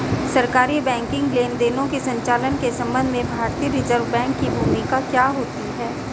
सरकारी बैंकिंग लेनदेनों के संचालन के संबंध में भारतीय रिज़र्व बैंक की भूमिका क्या होती है?